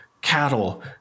cattle